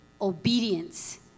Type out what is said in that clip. obedience